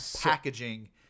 packaging